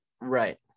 Right